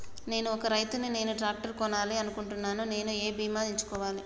నేను ఒక రైతు ని నేను ట్రాక్టర్ కొనాలి అనుకుంటున్నాను నేను ఏ బీమా ఎంచుకోవాలి?